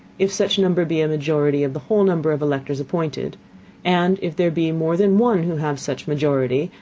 if such number be a majority of the whole number of electors appointed and if there be more than one who have such majority,